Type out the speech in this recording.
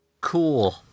Cool